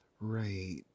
Right